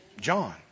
John